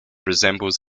resembles